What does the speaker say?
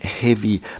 heavy